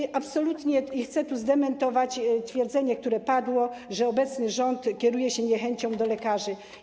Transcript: I absolutnie chcę tu zdementować twierdzenie, które padło, że obecny rząd kieruje się niechęcią do lekarzy.